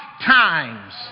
times